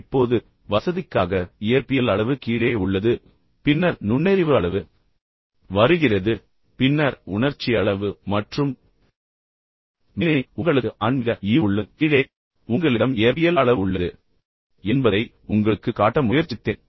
இப்போது வசதிக்காக இயற்பியல் அளவு கீழே உள்ளது பின்னர் நுண்ணறிவு அளவு வருகிறது பின்னர் உணர்ச்சி அளவு மற்றும் மேலே உங்களுக்கு ஆன்மீக ஈவு உள்ளது கீழே உங்களிடம் இயற்பியல் அளவு உள்ளது என்பதை உங்களுக்குக் காட்ட முயற்சித்தேன்